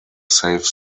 safe